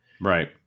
Right